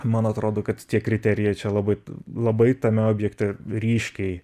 man atrodo kad tie kriterijai čia labai labai tame objekte ryškiai